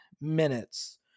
minutes